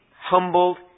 humbled